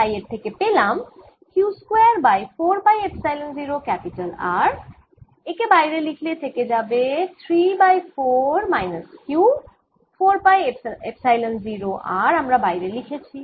তাই এর থেকে পেলাম Q square by 4 pi epsilon 0 R একে বাইরে লিখলে থেকে যাবে 3 by 4 minus Q 4 pi epsilon 0 R আমরা বাইরে লিখেছি